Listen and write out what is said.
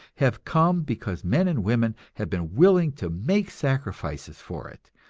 have come because men and women have been willing to make sacrifices for it,